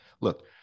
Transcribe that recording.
look